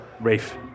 Rafe